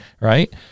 right